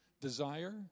desire